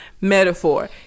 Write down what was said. metaphor